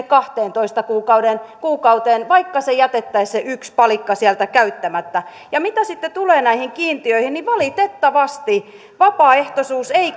kahteentoista kuukauteen vaikka jätettäisiin se yksi palikka sieltä käyttämättä ja mitä sitten tulee näihin kiintiöihin niin valitettavasti vapaaehtoisuus ei